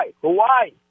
Hawaii